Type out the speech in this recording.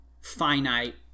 finite